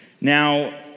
Now